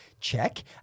check